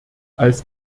als